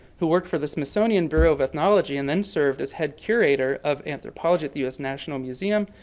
who worked for the smithsonian bureau of ethnology and then served as head curator of anthropology at the us national museum,